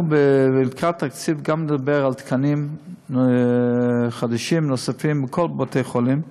לקראת התקציב נדבר גם על תקנים חדשים נוספים בכל בתי-החולים.